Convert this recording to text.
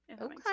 Okay